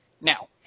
Now